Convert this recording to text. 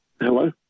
Hello